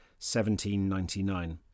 1799